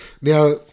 Now